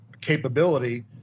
capability